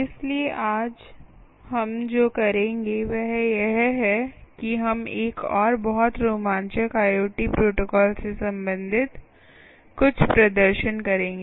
इसलिए आज हम जो करेंगे वह यह है कि हम एक और बहुत रोमांचक IoT प्रोटोकॉल से संबंधित कुछ प्रदर्शन करेंगे